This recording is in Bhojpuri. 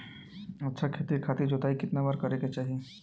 अच्छा खेती खातिर जोताई कितना बार करे के चाही?